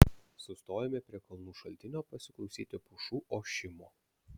sustojome prie kalnų šaltinio pasiklausyti pušų ošimo